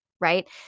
Right